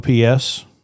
OPS